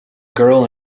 girl